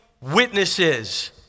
witnesses